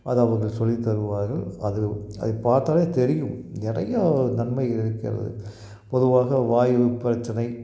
அது அவர்கள் சொல்லித் தருவார்கள் அது அதைப் பார்த்தாலே தெரியும் நிறையா நன்மைகள் இருக்கிறது பொதுவாக வாய்வு பிரச்சினை